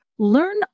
learn